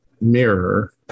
mirror